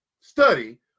study